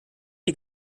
die